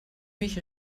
mich